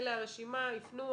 זו הרשימה, יפנו.